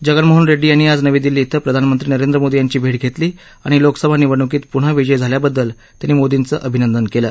जगनमोहन रेड्डी यांनी आज नवी दिल्ली शें प्रधानमंत्री नरेंद्र मोदी यांची भेट घेतली आणि लोकसभा निवडणुकीत पुन्हा विजयी झाल्याबद्दल त्यांनी मोदींचं अभिनंदन केलं